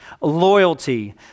Loyalty